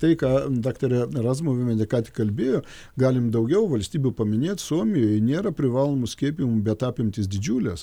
tai ką daktarė razmuvienė ką tik kalbėjo galim daugiau valstybių paminėt suomijoj nėra privalomų skiepijimų bet apimtys didžiulės